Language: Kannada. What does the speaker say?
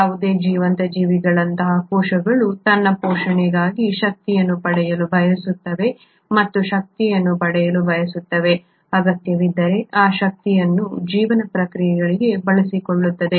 ಯಾವುದೇ ಜೀವಂತ ಜೀವಿಗಳಂತಹ ಜೀವಕೋಶಗಳು ತನ್ನ ಪೋಷಣೆಗಾಗಿ ಶಕ್ತಿಯನ್ನು ಪಡೆಯಲು ಬಯಸುತ್ತವೆ ಮತ್ತು ಶಕ್ತಿಯನ್ನು ಪಡೆಯಲು ಬಯಸುತ್ತವೆ ಅಗತ್ಯವಿದ್ದರೆ ಆ ಶಕ್ತಿಯನ್ನು ಜೀವನ ಪ್ರಕ್ರಿಯೆಗಳಿಗೆ ಬಳಸಿಕೊಳ್ಳುತ್ತವೆ